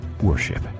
worship